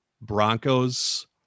Broncos